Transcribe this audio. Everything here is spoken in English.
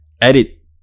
edit